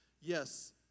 yes